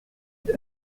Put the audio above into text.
fred